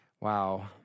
wow